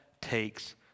takes